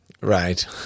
Right